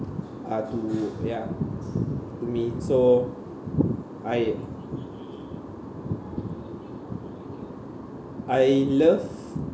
uh to ya to me so I I love